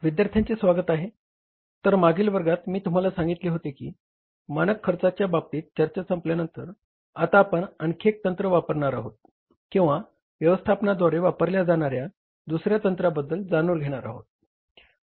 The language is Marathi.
विद्यार्थ्यांचे स्वागत आहे तर मागील वर्गात मी तुमहाला सांगितले होते की मानक खर्चाच्या बाबतीत चर्चा संपल्यानंतर आता आपण आणखी एक तंत्र वापरणार आहोत किंवा व्यवस्थापनाद्वारे वापरल्या जाणार्या दुसर्या तंत्राबद्दल जाणून घेणार आहोत